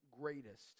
greatest